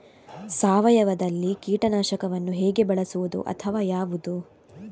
ಸಾವಯವದಲ್ಲಿ ಕೀಟನಾಶಕವನ್ನು ಹೇಗೆ ಬಳಸುವುದು ಅಥವಾ ಯಾವುದು?